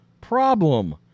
problem